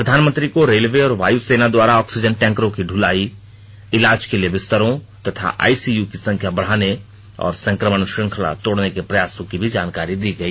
प्रधानमंत्री ने रेलवे और वायुसेना द्वारा ऑक्सीजन टैंकरों की दुलाई इलाज के लिए बिस्तरों तथा आईसीयू की संख्या बढ़ाने और संक्रमण श्रृंखला तोड़ने के प्रयासों की भी जानकारी भी दी गई